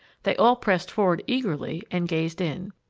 they all pressed forward eagerly and gazed in.